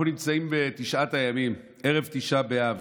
אנחנו נמצאים בתשעת הימים, ערב תשעה באב,